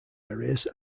areas